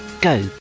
go